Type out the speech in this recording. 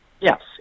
Yes